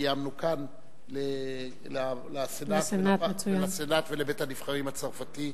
קיימנו כאן לסנאט ולבית-הנבחרים הצרפתי.